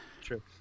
True